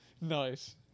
Nice